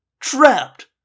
Trapped